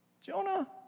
Jonah